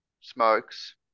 smokes